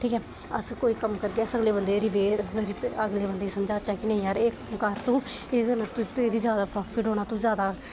ठीक ऐ अस कोई कम्म करगे अस अगले बंदे गी प्रपेयर अगले बंदे गी समझाचै गी यार एह् कम्म तूं करगा तुगी जैदा प्रोफिट होना तूं जैदा